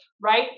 right